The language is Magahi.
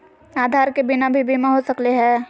आधार के बिना भी बीमा हो सकले है?